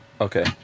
Okay